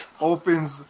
opens